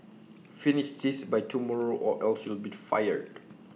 finish this by tomorrow or else you'll be fired